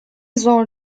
zor